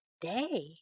day